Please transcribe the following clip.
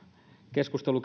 keskustelu